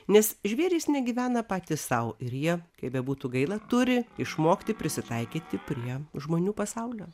nes žvėrys negyvena patys sau ir jie kaip bebūtų gaila turi išmokti prisitaikyti prie žmonių pasaulio